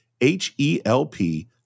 H-E-L-P